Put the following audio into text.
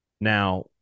Now